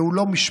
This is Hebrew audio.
זהו לא משפט,